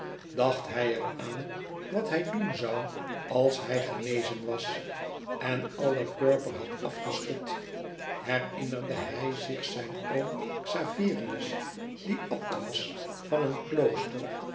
dacht hij er aan wat hij doen zoû als hij genezen was en alle purper had afgeschud herinnerde hij zich zijn oom xaverius die abt was van een klooster